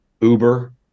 Uber